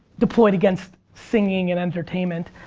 deployed against singing and entertainment.